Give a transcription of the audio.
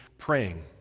praying